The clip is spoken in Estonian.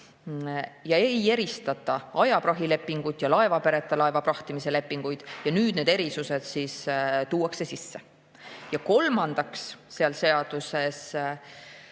ei eristata ajaprahilepingut ja laevapereta laeva prahtimise lepinguid. Nüüd need erisused tuuakse sisse. Ja kolmandaks, selles seaduses